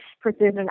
precision